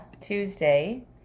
Tuesday